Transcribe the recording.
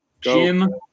Jim